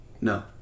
No